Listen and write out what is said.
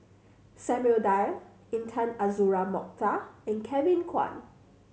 Samuel Dyer Intan Azura Mokhtar and Kevin Kwan